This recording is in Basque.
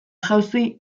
jauzi